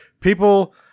people